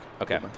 Okay